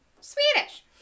Swedish